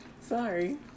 Sorry